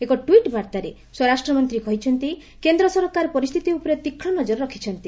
ଏକ ଟ୍ୱିଟ୍ ବାର୍ତ୍ତାରେ ସ୍ୱରାଷ୍ଟ୍ରମନ୍ତ୍ରୀ କହିଛନ୍ତି କେନ୍ଦ୍ର ସରକାର ପରିସ୍ଥିତି ଉପରେ ତୀକ୍ଷ୍ମ ନଜର ରଖିଛନ୍ତି